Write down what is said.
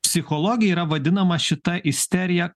psichologijoj yra vadinama šita isterija